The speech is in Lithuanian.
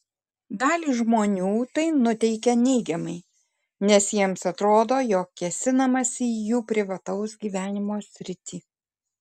dalį žmonių tai nuteikia neigiamai nes jiems atrodo jog kėsinamasi į jų privataus gyvenimo sritį